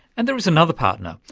and there is another partner,